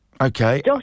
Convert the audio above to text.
Okay